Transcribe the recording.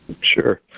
Sure